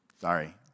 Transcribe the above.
Sorry